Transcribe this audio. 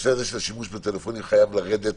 הנושא הזה של השימוש בטלפונים חייב לרדת